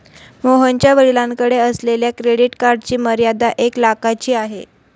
मोहनच्या वडिलांकडे असलेल्या क्रेडिट कार्डची मर्यादा एक लाखाची आहे